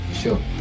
sure